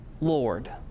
Lord